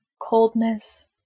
coldness